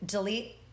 delete